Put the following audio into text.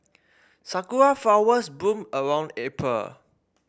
sakura flowers bloom around April